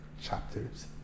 chapters